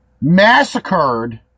massacred